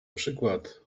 przykład